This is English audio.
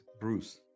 bruce